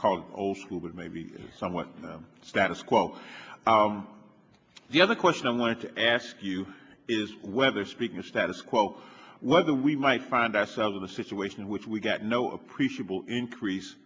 called old school but maybe somewhat the status quo the other question i want to ask you is whether speaking of status quo whether we might find ourselves in the situation in which we got no appreciable increase